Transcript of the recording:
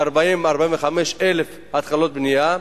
40,000 45,000 התחלות בנייה,